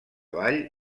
vall